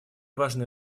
важны